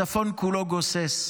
הצפון כולו גוסס.